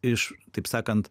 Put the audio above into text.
iš taip sakant